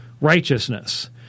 righteousness